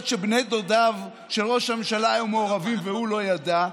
שבני דודיו של ראש הממשלה היו מעורבים והוא לא ידע,